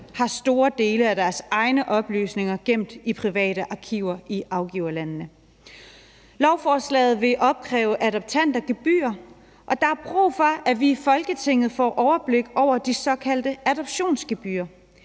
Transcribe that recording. har store dele af deres egne oplysninger gemt i private arkiver i afgiverlandene. Lovforslaget vil opkræve adoptanterne gebyrer, og der er brug for, at vi i Folketinget får et overblik over de såkaldte adoptionsgebyrer.